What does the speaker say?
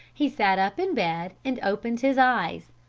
he sat up in bed and opened his eyes.